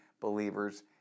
believers